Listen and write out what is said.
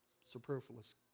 superfluous